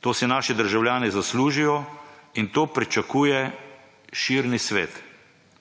To si naši državljani zaslužijo in to pričakuje širni svet.